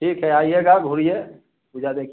ठीक है आइएगा घूमिए पूजा देख